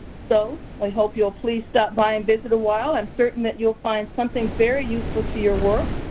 so, i hope you'll please stop by and visit awhile. i'm certain that you'll find something very useful to your work.